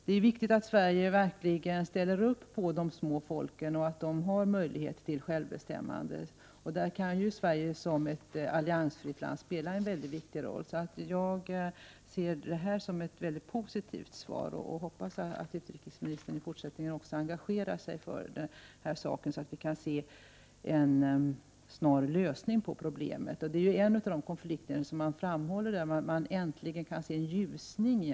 Det är viktigt att Sverige verkligen ställer upp för de små folkens kamp för självbestämmande. Sverige kan här som ett alliansfritt land spela en mycket viktig roll. Jag ser därför detta som ett mycket positivt svar och hoppas att utrikesministern även i fortsättningen kommer att engagera sig för den här saken, så att vi snart får se en lösning på problemet. Detta är, som det framhålls i svaret, en av de konflikter där man i alla fall äntligen kan se en ljusning.